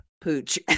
pooch